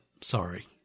Sorry